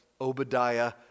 Obadiah